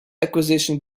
acquisition